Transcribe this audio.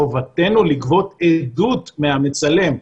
חובתנו לגבות עדות מהמצלם.